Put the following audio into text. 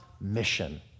mission